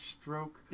stroke